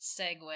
segue